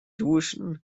duschen